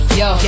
yo